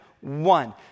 one